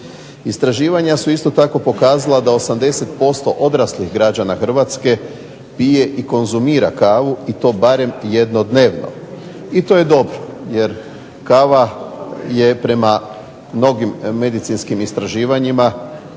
Istraživanja su isto tako pokazala da 80% odraslih građana Hrvatske pije i konzumira kavu i to barem jednom dnevno i to je dobro jer kava je prema mnogim medicinskim istraživanjima